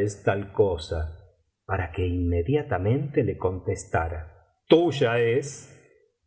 es tal cosa para que inmediatamente le contestara tuya es